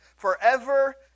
forever